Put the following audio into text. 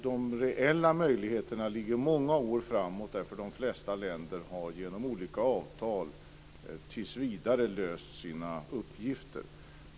De reella möjligheterna ligger många år framåt, därför att de flesta länder har genom olika avtal tills vidare löst sina uppgifter.